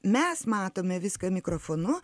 mes matome viską mikrofonu